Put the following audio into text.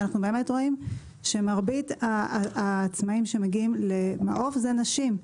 ואנחנו רואים שמרבית העצמאים שמגיעים למעוף הן נשים,